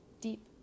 deep